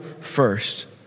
first